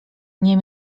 nie